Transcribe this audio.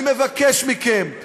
אני מבקש מכם.